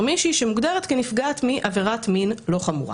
מישהי שמוגדרת כנפגעת עבירת מין לא חמורה.